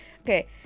Okay